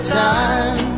time